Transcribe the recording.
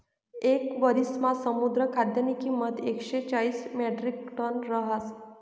येक वरिसमा समुद्र खाद्यनी किंमत एकशे चाईस म्याट्रिकटन रहास